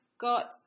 got